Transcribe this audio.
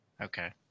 Okay